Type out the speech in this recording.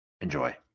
Enjoy